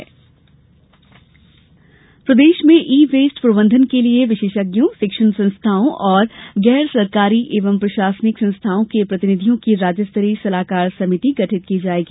ई waste प्रबंधन प्रदेश में ई वेस्ट प्रबंधन के लिये विशेषज्ञों शिक्षण संस्थाओं गैर सरकारी एवं प्रशासनिक संस्थाओं के प्रतिनिधियों की राज्य स्तरीय सलाहकार समिति गठित की जायेगी